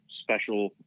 special